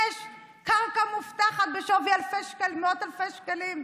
יש קרקע מובטחת בשווי מאות אלפי שקלים.